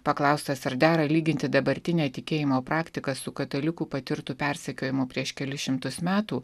paklaustas ar dera lyginti dabartinę tikėjimo praktiką su katalikų patirtų persekiojimų prieš kelis šimtus metų